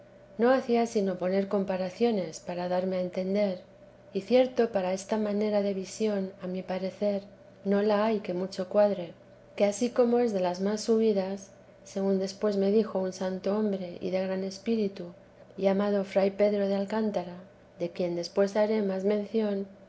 no hacía sino poner comparaciones para darme a entender y cierto para esta manera de visión a mi parecer no la hay que mucho cuadre que ansí como es de las más subidas según después me dijoun santo hombre y de gran espíritu llamado fray pedro de alcántara de quien después haré más mención